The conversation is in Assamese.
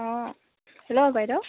অঁ হেল্ল' বাইদেউ